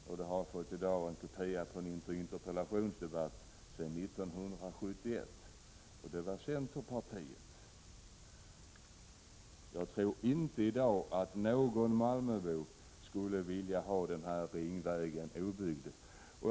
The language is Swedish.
Jag har i dag fått en kopia av protokollet från en interpellationsdebatt 1971, där det framgår att det var centerpartiet som uttryckte tveksamhet. Jag tror inte att någon malmöbo i dag skulle önska att denna ringväg icke hade byggts.